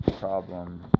problem